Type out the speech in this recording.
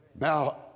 Now